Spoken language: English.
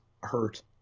hurt